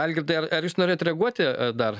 algirdai ar ar jūs norėjot reaguoti dar